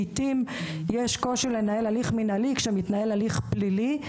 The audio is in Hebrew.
לעיתים יש קושי לנהל הליך מינהלי כשמתנהל הליך פלילי,